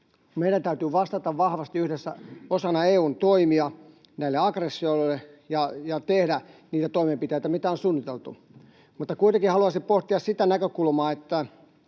Meidän täytyy vastata vahvasti yhdessä osana EU:n toimia näille aggressioille ja tehdä niitä toimenpiteitä, mitä on suunniteltu. Mutta kuitenkin haluaisin pohtia sitä näkökulmaa —